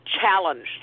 challenged